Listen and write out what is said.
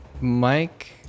Mike